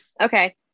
okay